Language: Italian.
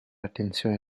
attenzione